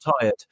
tired